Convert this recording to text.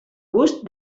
gust